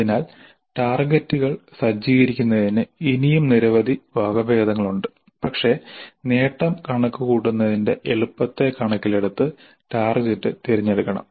അതിനാൽ ടാർഗെറ്റുകൾ സജ്ജീകരിക്കുന്നതിന് ഇനിയും നിരവധി വകഭേദങ്ങൾ ഉണ്ട് പക്ഷേ നേട്ടം കണക്കുകൂട്ടുന്നതിൻറെ എളുപ്പത്തെ കണക്കിലെടുത്ത് ടാർഗെറ്റ് തിരഞ്ഞെടുക്കണം